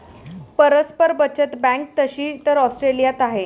परस्पर बचत बँक तशी तर ऑस्ट्रेलियात आहे